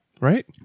Right